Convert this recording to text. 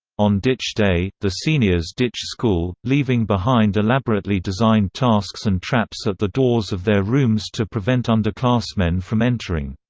on ditch day, the seniors ditch school, leaving behind elaborately designed tasks and traps at the doors of their rooms to prevent underclassmen from entering.